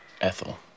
ethel